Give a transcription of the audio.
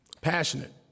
passionate